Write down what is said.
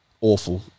awful